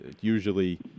usually